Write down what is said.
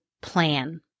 plan